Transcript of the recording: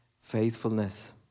faithfulness